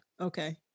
Okay